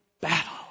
battle